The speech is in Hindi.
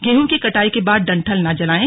गेहूं की कटाई के बाद डंठल न जलाएं